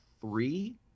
three